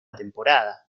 temporada